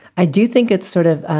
i do think it's sort of